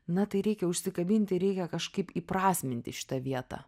na tai reikia užsikabinti reikia kažkaip įprasminti šitą vietą